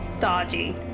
dodgy